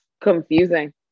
confusing